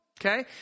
okay